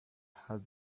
had